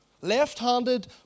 Left-handed